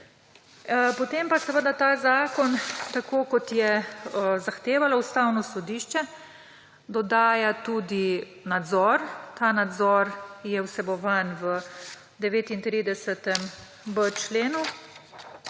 Potem pa ta zakon, tako kot je zahtevalo Ustavno sodišče, dodaja tudi nadzor. Ta nadzor je vsebovan v 39.b členu,